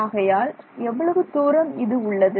ஆகையால் எவ்வளவு தூரம் இது உள்ளது